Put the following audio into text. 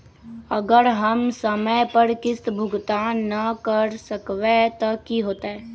अगर हम समय पर किस्त भुकतान न कर सकवै त की होतै?